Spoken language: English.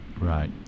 right